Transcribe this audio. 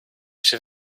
się